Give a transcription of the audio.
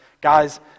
Guys